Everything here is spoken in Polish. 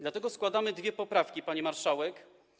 Dlatego składamy dwie poprawki, pani marszałek.